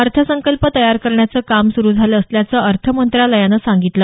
अर्थसंकल्प तयार करण्याचं काम सुरु झालं असल्याचं अर्थ मंत्रालयानं सांगितलं